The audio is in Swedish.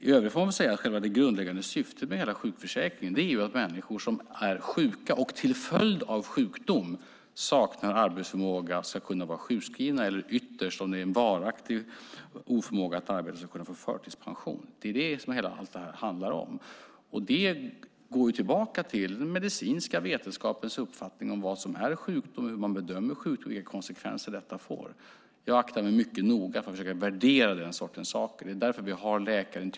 I övrigt får man väl säga att själva det grundläggande syftet med hela sjukförsäkringen är att människor som är sjuka och som till följd av sjukdom saknar arbetsförmåga ska kunna vara sjukskrivna eller ytterst, om de har en varaktig oförmåga att arbeta, ska kunna få förtidspension. Det är det som allt detta handlar om. Det går tillbaka till den medicinska vetenskapens uppfattning om vad som är sjukdom, hur man bedömer sjukdom och vilka konsekvenser detta får. Jag aktar mig mycket noga för att försöka värdera den sortens saker. Det är därför vi har läkarintyg.